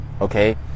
Okay